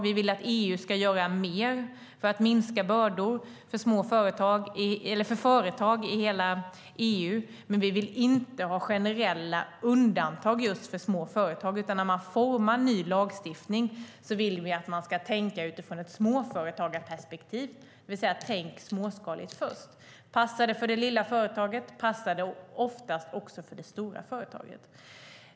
Vi vill att EU ska göra mer för att minska bördor för företag i hela EU. Men vi vill inte ha generella undantag just för små företag, utan när man utformar ny lagstiftning vill vi att man ska tänka utifrån ett småföretagarperspektiv, det vill säga: Tänk småskaligt först! Passar det för det lilla företaget passar det oftast också för det stora företaget.